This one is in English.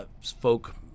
folk